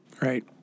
Right